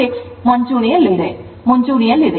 6 ಮುಂಚೂಣಿಯಲ್ಲಿದೆ